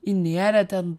įnėrė ten